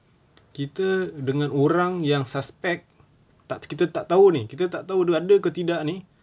kita dengan orang yang suspek tak kita tak tahu ni kita tak tahu dia ada ke tidak ni